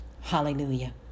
Hallelujah